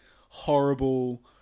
horrible